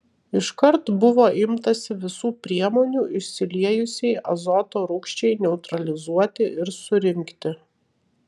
iškart buvo imtasi visų priemonių išsiliejusiai azoto rūgščiai neutralizuoti ir surinkti